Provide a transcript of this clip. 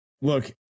look